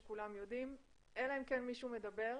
אלא אם מישהו מדבר,